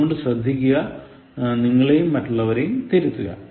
അതുകൊണ്ട് ശ്രദ്ധിക്കുക നിങ്ങളെയും മറ്റുള്ളവരെയും തിരുത്തുക